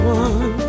one